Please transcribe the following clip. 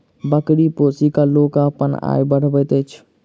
बकरी पोसि क लोक अपन आय बढ़बैत अछि